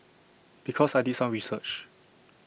because I did some research